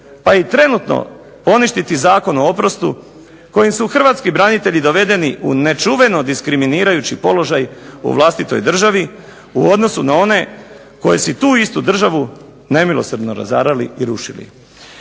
pa i trenutno poništiti Zakon o oprostu kojim su hrvatski branitelji dovedeni u nečuveno diskriminirajući položaj u vlastitoj državi u odnosu na one koji su tu istu državu nemilosrdno razarali i rušili.